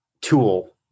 tool